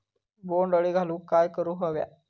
बोंड अळी घालवूक काय करू व्हया?